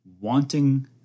wanting